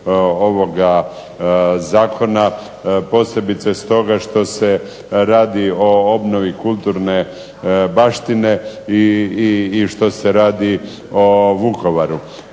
ovoga zakona, posebice stoga što se radi o obnovi kulturne baštine i što se radi o Vukovaru.